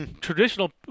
Traditional